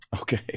okay